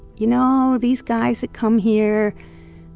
you know, these guys that come here,